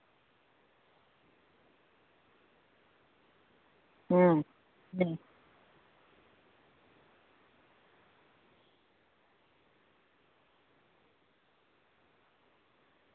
ᱦᱮᱸ